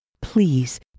please